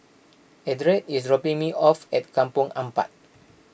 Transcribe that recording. Eldred is dropping me off at Kampong Ampat